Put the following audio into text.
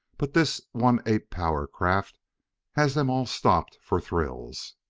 but this one-ape-power craft has them all stopped for thrills.